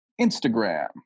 Instagram